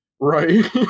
Right